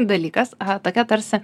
dalykas tokia tarsi